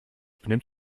benimmt